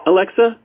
Alexa